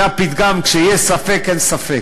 זה הפתגם, כשיש ספק, אין ספק.